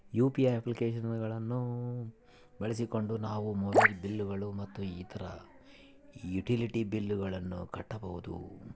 UPI application ಗಳನ್ನ ಬಳಸಿಕೊಂಡು ನಾವು ಮೊಬೈಲ್ ಬಿಲ್ ಗಳು ಮತ್ತು ಇತರ ಯುಟಿಲಿಟಿ ಬಿಲ್ ಗಳನ್ನ ಕಟ್ಟಬಹುದು